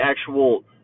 actual